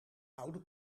oude